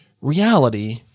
reality